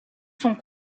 sont